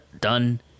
done